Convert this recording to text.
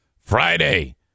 Friday